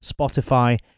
Spotify